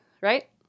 right